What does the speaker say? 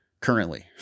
currently